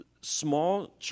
Small